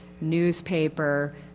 newspaper